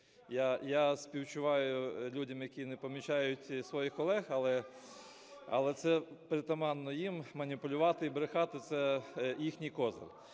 Я співчуваю людям, які не помічають своїх колег, але це притаманно їм, маніпулювати і брехати – це їхній козир.